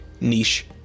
niche